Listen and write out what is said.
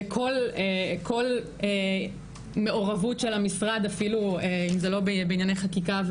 שכל מעורבות של המשרד אפילו אם זה לא בענייניי חקיקה,